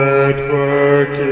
Network